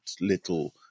little